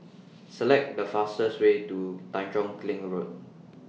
Select The fastest Way to Tanjong Kling Road